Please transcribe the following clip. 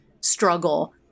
struggle